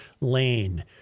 lane